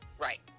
right